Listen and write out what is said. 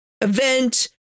event